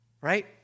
Right